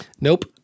Nope